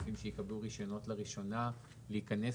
גופים שיקבלו רישיונות לראשונה להיכנס